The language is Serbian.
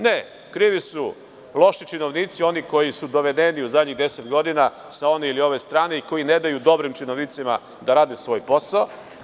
Ne, krivi su loši činovnici, oni koji su dovedeni u zadnjih deset godina sa one ili ove strane i koji ne daju dobrim činovnicima da rade svoj posao.